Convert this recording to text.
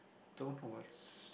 don't know what's